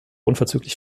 unverzüglich